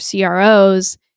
CROs